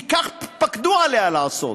כי כך פקדו עליה לעשות